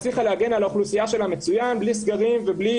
הצליחה להגן על האוכלוסייה שלה מצוין בלי סגרים ובלי